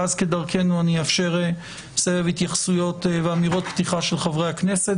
ואז כדרכנו אני אאפשר סבב התייחסויות ואמירות פתיחה של חברי הכנסת,